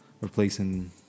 Replacing